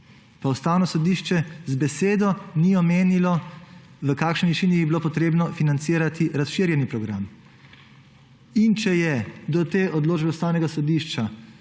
pa Ustavno sodišče z besedo ni omenilo, v kakšni višini bi bilo potrebno financirati razširjeni program. In če je do te odločbe Ustavnega sodišča,